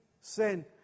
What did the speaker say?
sin